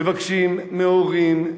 מבקשים מהורים,